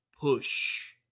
push